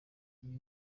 ibi